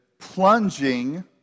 plunging